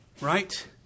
Right